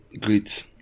great